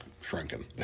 Shrinking